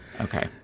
Okay